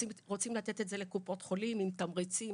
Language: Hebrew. רוצים לתת את זה לקופות חולים עם תמריצים,